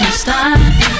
stop